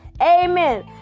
Amen